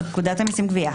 זו פקודת המיסים (גבייה).